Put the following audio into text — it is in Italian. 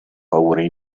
paure